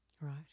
Right